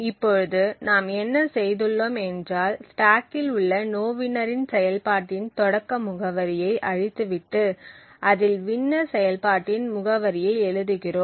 இப்பொழுது நாம் என்ன செய்துள்ளோம் என்றால் ஸ்டேக்கில் உள்ள நோவின்னர் செயல்பாட்டின் தொடக்க முகவரியை அழித்துவிட்டு அதில் வின்னர் செயல்பாட்டின் முகவரியை எழுதுகிறோம்